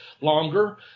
longer